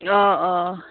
অঁ অঁ